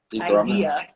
idea